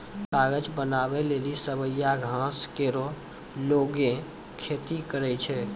कागज बनावै लेलि सवैया घास केरो लोगें खेती करै छै